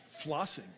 Flossing